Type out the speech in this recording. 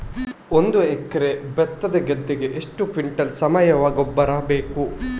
ಒಂದು ಎಕರೆ ಭತ್ತದ ಗದ್ದೆಗೆ ಎಷ್ಟು ಕ್ವಿಂಟಲ್ ಸಾವಯವ ಗೊಬ್ಬರ ಬೇಕು?